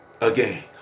again